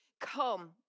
come